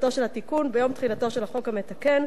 תחילתו של התיקון ביום תחילתו של החוק המתקן,